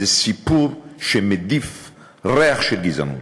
זה סיפור שמדיף ריח של גזענות.